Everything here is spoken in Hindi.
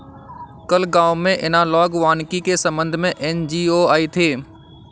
कल गांव में एनालॉग वानिकी के संबंध में एन.जी.ओ आई थी